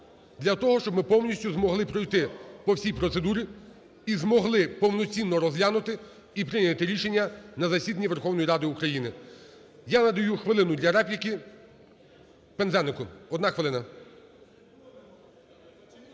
для того, щоб ми повністю змогли пройти по всій процедурі і змогли повноцінно розглянути і прийняти рішення на засіданні Верховної Ради України. Я надаю хвилину для репліки Пинзенику. Одна хвилина.